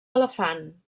elefant